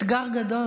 אתגר גדול.